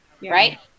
Right